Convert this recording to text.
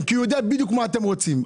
הוא יודע בדיוק מה אתם רוצים.